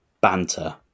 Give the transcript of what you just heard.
banter